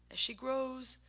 as she grows,